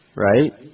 Right